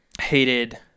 Hated